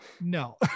No